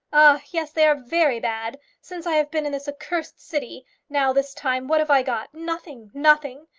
ah, yes they are very bad. since i have been in this accursed city now, this time, what have i got? nothing nothing.